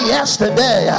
Yesterday